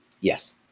Yes